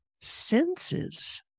senses